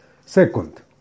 Second